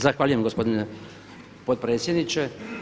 Zahvaljujem gospodine potpredsjedniče.